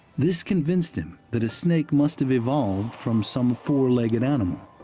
this convinced him that a snake must have evolved from some four-legged animal.